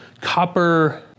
copper